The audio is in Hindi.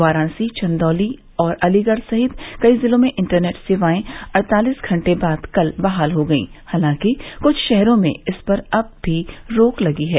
वाराणसी चंदौली और अलीगढ़ सहित कई जिलों में इंटरनेट सेवाएं अड़तालिस घंटे बाद कल बहाल हो गई हालांकि कुछ शहरों में इस पर अब भी रोक लगी है